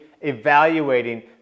evaluating